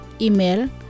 Email